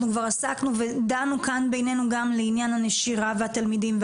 אנחנו כבר עסקנו ודנו כאן בינינו גם לעניין הנשירה והתלמידים.